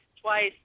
twice